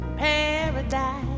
paradise